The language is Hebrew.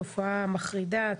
תופעה מחרידה,